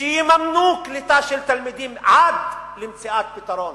שיממנו קליטה של תלמידים עד למציאת פתרון,